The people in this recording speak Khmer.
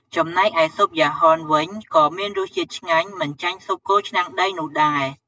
ចំំណែកឯស៊ុបយ៉ាហនវិញក៏មានរសជាតិឆ្ងាញ់មិនចាញ់ស៊ុបគោឆ្នាំងដីនោះដែរ។